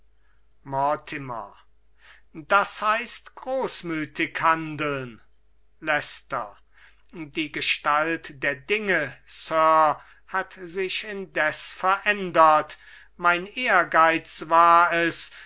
das heißt großmütig handeln leicester die gestalt der dinge sir hat sich indes verändert mein ehrgeiz war es